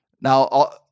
Now